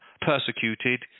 persecuted